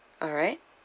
alright